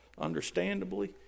understandably